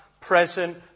present